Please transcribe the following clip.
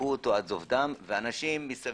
היכו אותו עד זוב דם, ואנשים מסביב